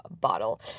bottle